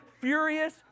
furious